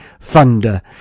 thunder